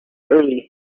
early